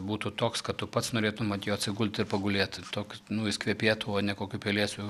būtų toks kad tu pats norėtum ant jo atsigulti ir pagulėti toks nu jis kvepėtų o ne kokiu pelėsiu